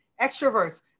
extroverts